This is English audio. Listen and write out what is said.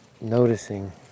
noticing